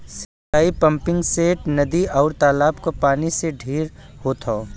सिंचाई पम्पिंगसेट, नदी, आउर तालाब क पानी से ढेर होत हौ